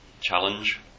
challenge